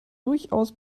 durchaus